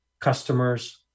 customers